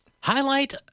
Highlight